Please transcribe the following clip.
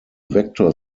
vector